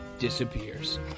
disappears